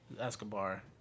Escobar